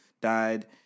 died